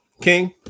King